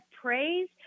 praise